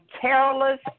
careless